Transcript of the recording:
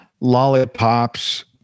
Lollipops